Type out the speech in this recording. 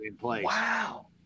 Wow